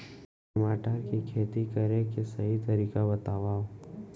टमाटर की खेती करे के सही तरीका बतावा?